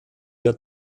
der